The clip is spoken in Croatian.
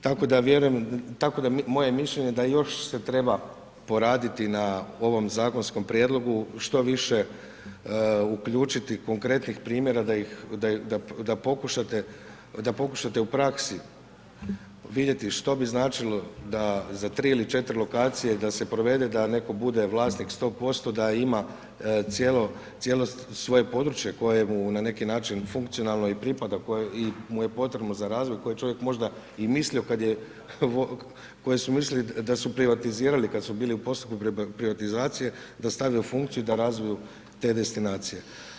Tako da vjerujem, tako da moje mišljenje je da još se treba poraditi na ovom zakonskom prijedlogu, što više uključiti konkretnih primjera da pokušate u praksi vidjeti što bi značilo da za 3 ili 4 lokacije da se provede da neko bude vlasnik 100%, da ima cijelo svoje područje koje mu na neki način funkcionalno i pripada, koje mu je potrebno i za razvoj, koje čovjek je možda i mislio kad je, koji su mislili da su privatizirali kad su bili u postupku privatizacije, da stave u funkciju i da razviju te destinacije.